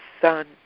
Son